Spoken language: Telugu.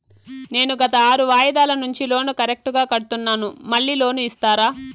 నేను గత ఆరు వాయిదాల నుండి లోను కరెక్టుగా కడ్తున్నాను, మళ్ళీ లోను ఇస్తారా?